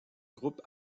groupe